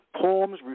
Poems